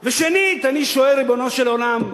ושנית, אני שואל, ריבונו של עולם,